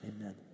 Amen